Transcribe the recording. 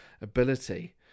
ability